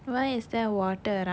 in five night out yet why is there water